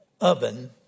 oven